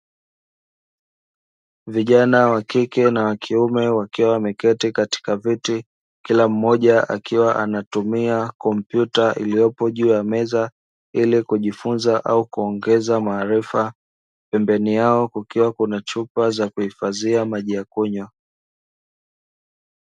Vijana wa kike na wa kiume, wakiwa wameketi katika viti. Kila mmoja akiwa anatumia kompyuta iliyopo juu ya meza ili kujifunza na kuongeza maarifa. Pembeni yao kukiwa na chupa za kuhifadhia maji ya kunywa.